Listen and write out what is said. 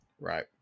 Right